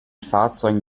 fahrzeugen